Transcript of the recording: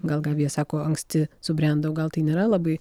gal gabija sako anksti subrendau gal tai nėra labai